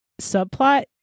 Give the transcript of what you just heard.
subplot